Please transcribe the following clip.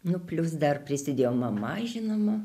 nu plius dar prisidėjo mama žinoma